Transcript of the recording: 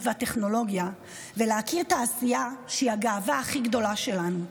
והטכנולוגיה ולהכיר תעשייה שהיא הגאווה הכי גדולה שלנו,